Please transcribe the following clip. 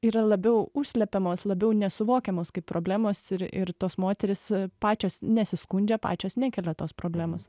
yra labiau užslepiamos labiau nesuvokiamos kaip problemos ir ir tos moterys pačios nesiskundžia pačios nekelia tos problemos